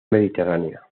mediterránea